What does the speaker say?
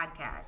podcast